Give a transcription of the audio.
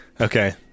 Okay